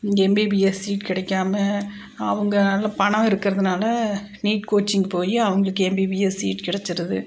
இங்கே MBBS seat கிடைக்காம அவங்க நல்ல பணம் இருக்கிறதுனால நீட் கோச்சிங் போய் அவங்களுக்கு எம்பிபிஎஸ் சீட் கெடைச்சிருது